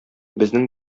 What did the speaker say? безнең